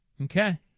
Okay